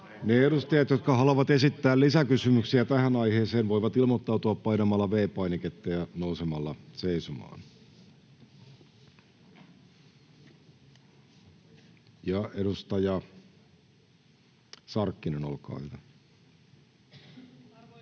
edustajat, jotka haluavat esittää lisäkysymyksiä tähän aiheeseen, voivat ilmoittautua painamalla V-painiketta ja nousemalla seisomaan. — Edustaja Sarkkinen, olkaa hyvä.